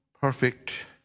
perfect